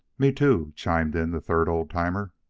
me, too, chimed in the third old-timer.